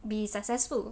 be successful